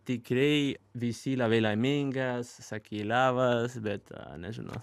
tikrai visi labai laimingas sakai labas bet nežinau